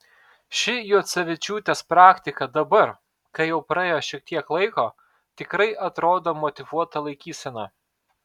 ši juocevičiūtės praktika dabar kai jau praėjo šiek tiek laiko tikrai atrodo motyvuota laikysena